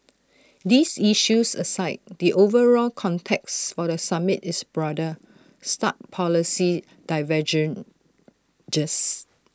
these issues aside the overall context for the summit is broader stark policy divergences